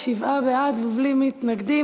שבעה בעד, בלי מתנגדים.